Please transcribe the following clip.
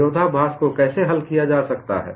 विरोधाभास को कैसे हल किया जा सकता है